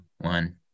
one